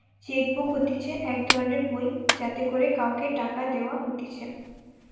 check book হতিছে এক ধরণের বই যাতে করে কাওকে টাকা দেওয়া হতিছে